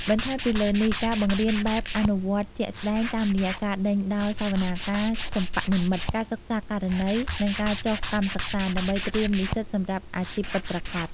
បន្ថែមពីលើនេះការបង្រៀនបែបអនុវត្តជាក់ស្តែងតាមរយៈ ការដេញដោលសវនាការសិប្បនិម្មិត ការសិក្សាករណី និងការចុះកម្មសិក្សា ដើម្បីត្រៀមនិស្សិតសម្រាប់អាជីពពិតប្រាកដ។